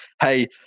hey